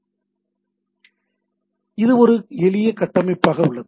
எனவே இது ஒரு எளிய கட்டமைப்பாக உள்ளது